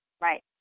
Right